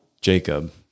Jacob